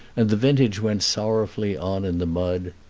and the vintage went sorrowfully on in the mud.